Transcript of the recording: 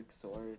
sword